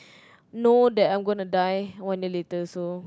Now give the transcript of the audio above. know that I am gonna die when they later so